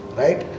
right